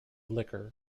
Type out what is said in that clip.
liquor